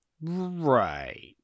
Right